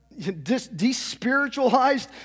despiritualized